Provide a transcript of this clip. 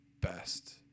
best